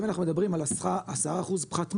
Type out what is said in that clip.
אם אנחנו מדברים על 10% פחת מים,